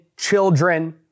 children